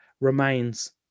remains